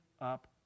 up